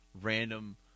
random